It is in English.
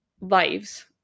lives